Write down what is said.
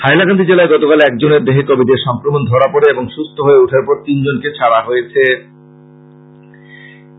হাইলাকান্দি জেলায় গতকাল একজনের দেহে কোবিডের সংক্রমন ধড়া পড়ে এবং সুস্থ হয়ে উঠার পর তিনজনকে ছেড়ে দেওয়া হয়